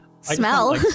Smell